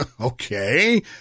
Okay